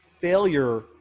failure